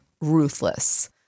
ruthless